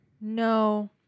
No